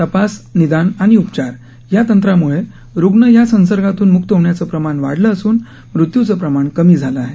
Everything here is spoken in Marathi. तपास निदान आणि उपचार या तंत्रामुळे रुग्ण या संसर्गातून मुक्त होण्याचं प्रमाण वाढलं असून मृत्यूचं प्रमाण कमी झालं आहे